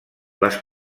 les